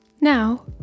Now